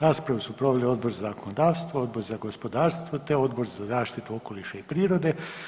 Raspravu su proveli Odbor za zakonodavstvo, Odbor za gospodarstvo, te Odbor za zaštitu okoliša i prirode.